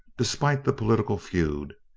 despite the political feud,